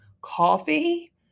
coffee